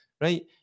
right